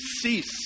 cease